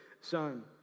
son